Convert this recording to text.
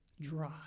Dry